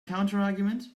counterargument